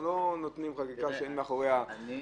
אנחנו לא מחוקקים חקיקה שאין מאחוריה דברים.